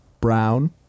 Brown